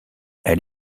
elle